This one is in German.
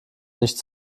nicht